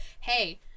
Hey